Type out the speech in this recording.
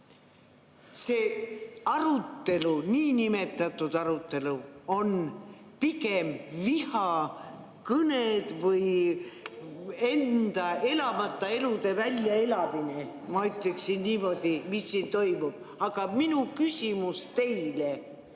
see arutelu, niinimetatud arutelu on pigem vihakõned või enda elamata elude väljaelamine. (Sumin saalis.) Ma ütleksin niimoodi, mis siin toimub. Aga minu küsimus teile.